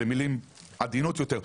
במלים עדינות יותר,